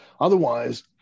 Otherwise